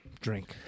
drink